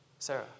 Sarah